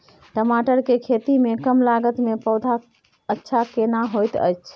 टमाटर के खेती में कम लागत में पौधा अच्छा केना होयत छै?